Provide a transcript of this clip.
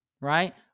right